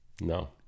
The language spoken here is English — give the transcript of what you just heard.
No